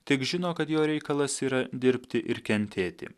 tik žino kad jo reikalas yra dirbti ir kentėti